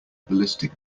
ballistic